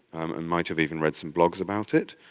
and might have even read some blogs about it.